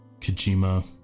Kojima